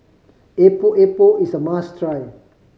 Epok Epok is a must try